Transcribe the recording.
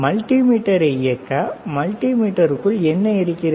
மல்டிமீட்டரை இயக்க மல்டிமீட்டருக்குள் என்ன இருக்கிறது